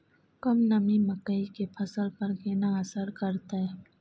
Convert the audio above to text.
कम नमी मकई के फसल पर केना असर करतय?